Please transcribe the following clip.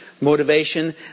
Motivation